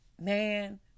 man